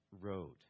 road